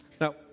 now